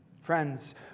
Friends